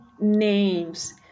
names